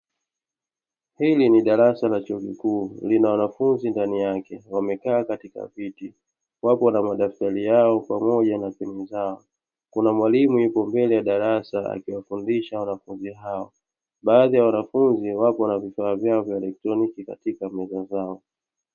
Hili ni darasa la chuo kikuu, lina wanafunzi ndani yake, wamekaa katika viti, wapo na madaftari yao pamoja na simu zao. Kuna mwalimu yupo mbele ya darasa akiwafundisha wanafunzi hao. Baadhi ya wanafunzi wapo na vifaa vyao vya elektroniki, katika meza zao.